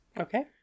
Okay